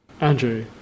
Andrew